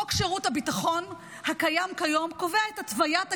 חוק שירות הביטחון הקיים כיום קובע את התוויית הגיוס.